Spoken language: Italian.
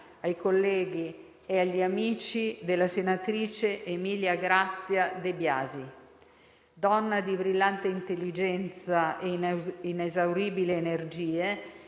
ai colleghi e agli amici della senatrice Emilia Grazia De Biasi. Donna di brillante intelligenza e inesauribile energia,